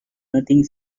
nothing